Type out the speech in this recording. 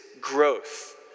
growth